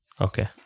Okay